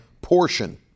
portion